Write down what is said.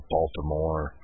Baltimore